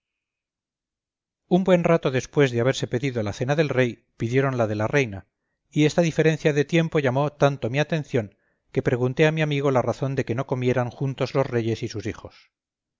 un buen rato después de haberse pedido la cena del rey pidieron la de la reina y esta diferencia de tiempo llamó tanto mi atención que pregunté a mi amigo la razón de que no comieran juntos los reyes y sus hijos